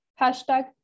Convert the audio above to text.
hashtag